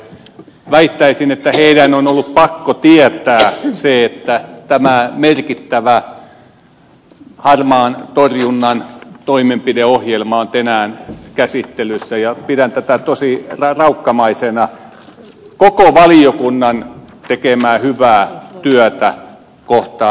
väittäisin että heidän on ollut pakko tietää se että tämä merkittävä harmaan talouden torjunnan toimenpideohjelma on tänään käsittelyssä ja pidän tätä tosi raukkamaisena koko valiokunnan tekemää hyvää työtä kohtaan